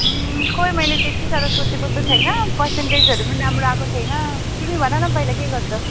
खै मैले त्यति साह्रो सोचेको त छैन पर्सन्टेजहरू पनि राम्रो आएको छैन तिमी भन न पहिला के गर्छौ